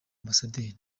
ambasaderi